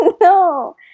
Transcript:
No